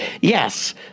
Yes